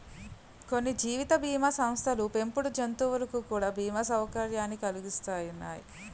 కొన్ని జీవిత బీమా సంస్థలు పెంపుడు జంతువులకు కూడా బీమా సౌకర్యాన్ని కలిగిత్తన్నాయి